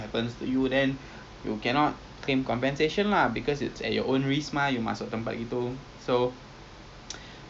mm okay okay then then good lah I would think of saturday banyak orang but it should be fine lah should be fine lah